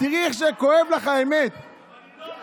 תראי איך כואבת לך